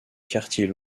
quartier